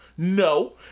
No